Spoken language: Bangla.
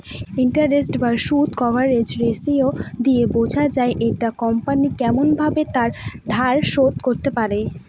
ইন্টারেস্ট বা সুদ কভারেজ রেসিও দিয়ে বোঝা যায় একটা কোম্পনি কেমন ভাবে তার ধার শোধ করতে পারে